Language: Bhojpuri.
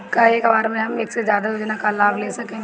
का एक बार में हम एक से ज्यादा योजना का लाभ ले सकेनी?